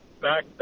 back